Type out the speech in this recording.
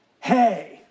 hey